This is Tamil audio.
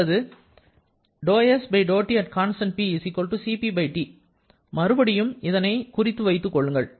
அல்லது மறுபடியும் இதனை குறித்து வைத்துக் கொள்ளுங்கள்